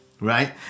Right